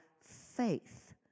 faith